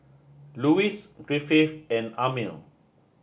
Lewis Griffith and Amil